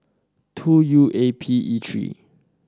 two U A P E three